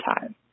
time